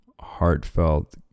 heartfelt